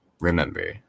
remember